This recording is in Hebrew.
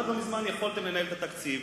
עד לא מזמן יכולתם לנהל את התקציב.